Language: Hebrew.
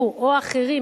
הוא או אחרים,